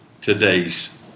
today's